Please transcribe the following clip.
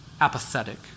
apathetic